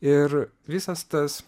ir visas tas